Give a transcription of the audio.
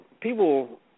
people